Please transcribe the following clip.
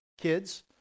kids